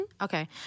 Okay